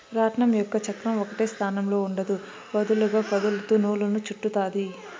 రాట్నం యొక్క చక్రం ఒకటే స్థానంలో ఉండదు, వదులుగా కదులుతూ నూలును చుట్టుతాది